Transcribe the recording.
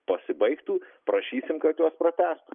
pasibaigtų prašysim kad juos pratęstų